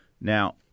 Now